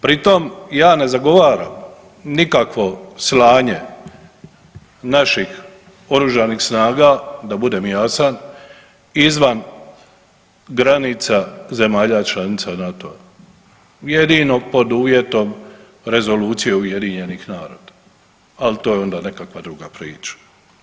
Pritom ja ne zagovaram nikakvo slanje naših Oružanih snaga da budem jasan izvan granica zemalja članica NATO-a jedino pod uvjetom Rezolucije UN-a ali to je onda nekakva druga priča.